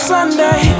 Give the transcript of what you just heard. Sunday